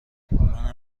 منم